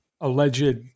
alleged